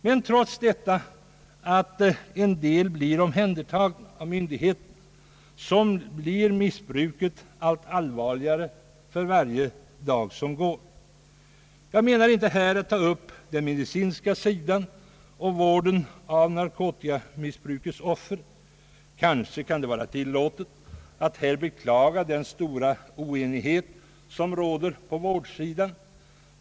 Men trots att en del blir omhändertagna av myndigheterna blir missbruket allt allvarligare för varje dag som går. Jag avser inte att här ta upp den medicinska sidan av problemet och vården av narkotikamissbrukets offer. Kanske kan det vara tillåtet att här beklaga den stora oenighet som råder på vårdsidan.